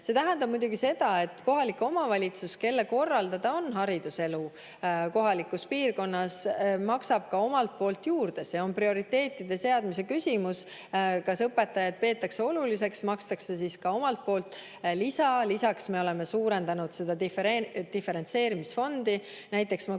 See tähendab muidugi seda, et kohalik omavalitsus, kelle korraldada on hariduselu kohalikus piirkonnas, maksab ka omalt poolt juurde. See on prioriteetide seadmise küsimus. Kui õpetajaid peetakse oluliseks, siis makstakse neile ka omalt poolt lisa. Lisaks oleme suurendanud diferentseerimisfondi. Näiteks ma